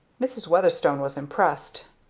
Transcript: mrs. weatherstone was impressed.